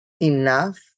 enough